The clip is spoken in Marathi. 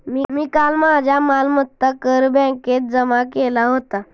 मी काल माझा मालमत्ता कर बँकेत जमा केला होता